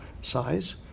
Size